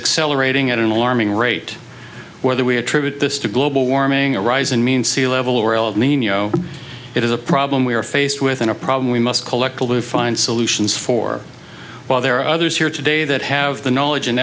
accelerating at an alarming rate whether we attribute this to global warming or rise in mean sea level or el nino it is a problem we are faced with in a problem we must collectively find solutions for while there are others here today that have the knowledge and